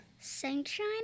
Sunshine